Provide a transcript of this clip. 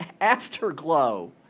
afterglow